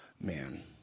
man